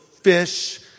fish